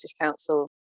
Council